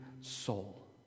soul